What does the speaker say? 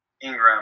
Ingram